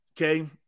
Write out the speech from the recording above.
Okay